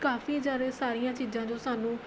ਕਾਫ਼ੀ ਜ਼ਿਆਦਾ ਸਾਰੀਆਂ ਚੀਜ਼ਾਂ ਜੋ ਸਾਨੂੰ